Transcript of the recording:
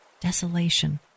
desolation